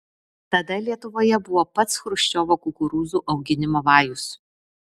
tada lietuvoje buvo pats chruščiovo kukurūzų auginimo vajus